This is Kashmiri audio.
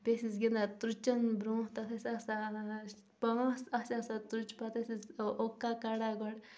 بیٚیہِ ٲسۍ أسۍ گِنٛدان تروٚچن برونٛہہ تتھ ٲسۍ آسان پانژھ ٲسۍ آسان ترچہ پتہٕ ٲسۍ أسۍ اُکا کڑان گۄڈٕ